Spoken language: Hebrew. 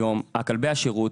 היום כלבי השירות,